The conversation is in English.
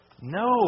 No